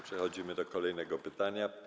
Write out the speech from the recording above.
Przechodzimy do kolejnego pytania.